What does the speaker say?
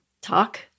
talk